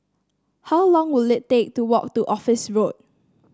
how long will it take to walk to Office Road